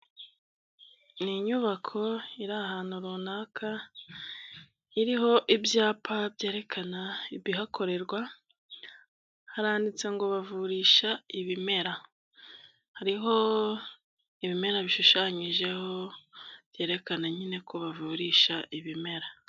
Ni inyubako iri ahantu runaka iriho ibyapa byerekana ibihakorerwa, haranditse ngo bavurisha ibimera hariho ibimera bishushanyijeho byerekana nyine ko bavurisha ibimera.